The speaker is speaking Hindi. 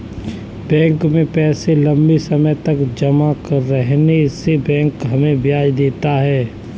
बैंक में पैसा लम्बे समय तक जमा रहने से बैंक हमें ब्याज देता है